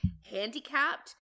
handicapped